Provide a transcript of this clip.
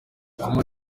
kumwe